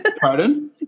Pardon